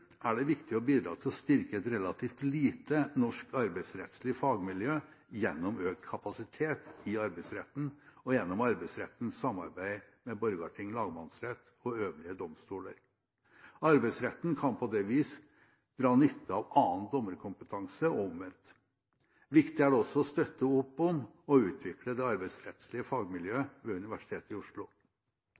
er det viktig å bidra til å styrke et relativt lite norsk arbeidsrettslig fagmiljø gjennom økt kapasitet i Arbeidsretten og gjennom Arbeidsrettens samarbeid med Borgarting lagmannsrett og øvrige domstoler. Arbeidsretten kan på det vis dra nytte av annen dommerkompetanse og omvendt. Viktig er det også å støtte opp om og utvikle det arbeidsrettslige fagmiljøet ved Universitetet i Oslo.